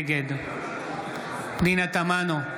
נגד פנינה תמנו,